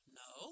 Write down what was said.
no